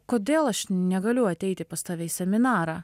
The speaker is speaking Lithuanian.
kodėl aš negaliu ateiti pas tave į seminarą